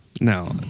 No